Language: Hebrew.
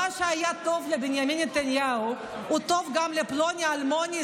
מה שהיה טוב לבנימין נתניהו טוב גם לפלוני-אלמוני,